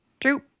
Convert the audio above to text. True